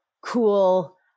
cool